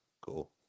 Cool